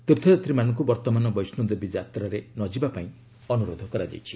ତୀର୍ଥଯାତ୍ରୀମାନଙ୍କୁ ବର୍ତ୍ତମାନ ବୈଷ୍ଣୋଦେବୀ ଯାତ୍ରାରେ ନ ଯିବା ପାଇଁ ଅନୁରୋଧ କରାଯାଇଛି